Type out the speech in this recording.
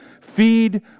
Feed